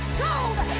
sold